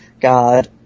god